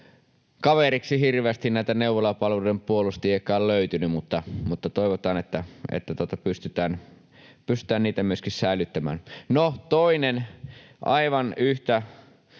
kaveriksi hirveästi näitä neuvolapalveluiden puolustajiakaan löytynyt, mutta toivotaan, että pystytään niitä myöskin säilyttämään. No, toinen aivan yhtä